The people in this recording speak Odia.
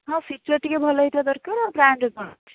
ହଁ ଫିଚର୍ ଟିକିଏ ଭଲ ହେଇଥିବା ଦରକାର ଆଉ ବ୍ରାଣ୍ଡ୍ରେ କ'ଣ ଅଛି